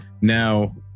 Now